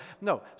No